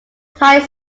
tight